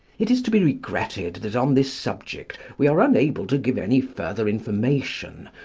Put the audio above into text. it is to be regretted that on this subject we are unable to give any further information,